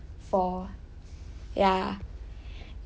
the blue and all then I'll be like I will be like very very thankful